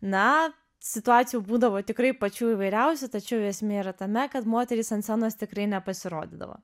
na situacijų būdavo tikrai pačių įvairiausių tačiau esmė yra tame kad moterys ant scenos tikrai nepasirodydavo